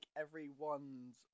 everyone's